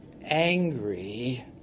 angry